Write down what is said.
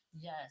yes